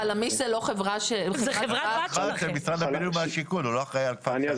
חלמיש זו לא חברה בת --- אני אסביר.